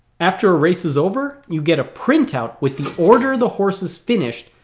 after a race is over you get a printout with the order the horses finished,